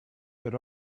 had